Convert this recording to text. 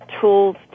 tools